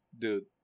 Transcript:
Dude